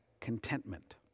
contentment